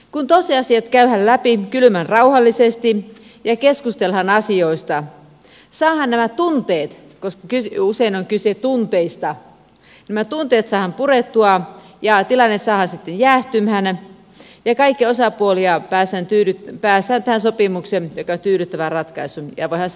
kun tosiasiat käydään läpi kylmän rauhallisesti ja keskustellaan asioista saadaan nämä tunteet koska usein on kyse tunteista purettua ja tilanne saadaan sitten jäähtymään ja päästään tähän sopimukseen joka on kaikkia osapuolia tyydyttävä ratkaisu ja voidaan sitten allekirjoittaa